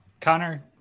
Connor